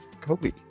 Kobe